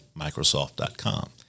Microsoft.com